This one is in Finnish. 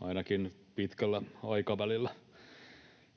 ainakin pitkällä aikavälillä.